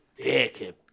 dickhead